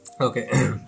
Okay